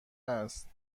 است